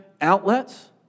outlets